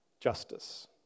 justice